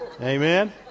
Amen